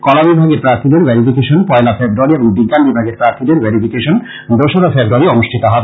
কলা বিভাগের প্রার্থীদের ভেরিফিকেশন পয়লা ফেব্রুয়ারী এবং বিজ্ঞান বিভাগের প্রার্থীদের ভেরিফিকেশন দোসরা ফেব্রুয়ারী অনুষ্ঠিত হবে